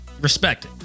respect